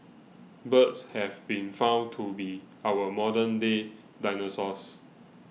birds have been found to be our modern day dinosaurs